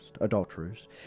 adulterers